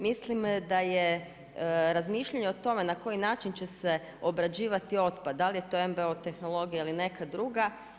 Mislim da je razmišljanje o tome, na koji način će se obrađivati otpad, da li je to MBO tehnologija ili neka druga.